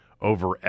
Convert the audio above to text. over